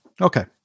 Okay